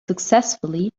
successfully